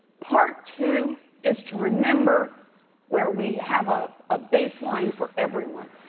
part two is to remember where we have ah a baseline for everyone.